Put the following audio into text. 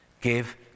Give